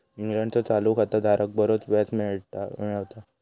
इंग्लंडचो चालू खाता धारक बरोच व्याज मिळवता